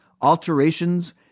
alterations